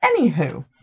Anywho